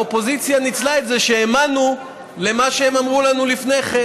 האופוזיציה ניצלה את זה שהאמנו למה שהם אמרו לנו לפני כן,